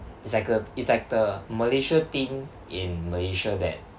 it's like a it's like the malaysia thing in malaysia that